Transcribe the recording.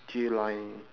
J line